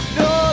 no